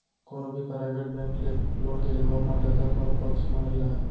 कोनो भी private bank ले लोन के लेवब म जादा कोनो पक्छ म नइ राहय